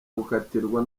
gukatirwa